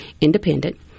independent